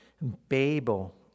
Babel